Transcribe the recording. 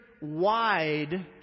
wide